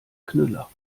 knüller